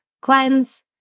cleanse